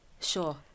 Sure